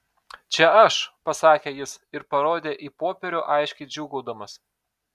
čia aš pasakė jis ir parodė į popierių aiškiai džiūgaudamas